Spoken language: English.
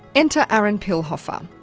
enter aron pilhofer. um